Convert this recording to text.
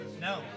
No